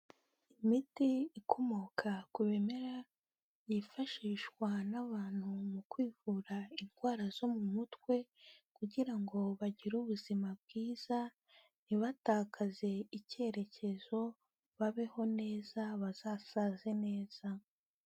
Imiiti ikomoka ku bimera byifashishwa n'abantu mu kwivura indwara zo mu mutwe kugira ngo bagire ubuzima bwiza ntibatakaze icyerekezo babeho neza bazasaze neza.